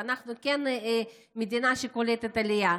ואנחנו כן מדינה שקולטת עלייה.